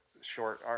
short